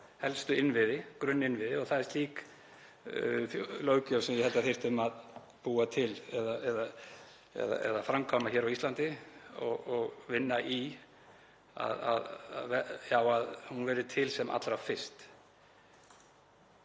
helstu grunninnviði og það er slík löggjöf sem ég held að þyrfti að búa til eða framkvæma hér á Íslandi og vinna að því að hún verði til sem allra fyrst.